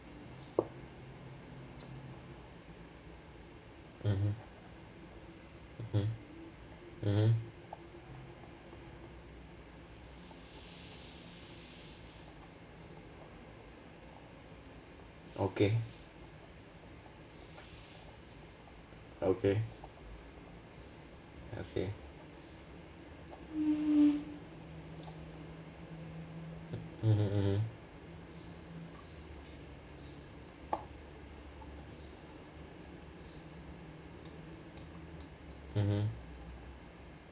mmhmm mmhmm mmhmm okay okay okay mmhmm mmhmm mmhmm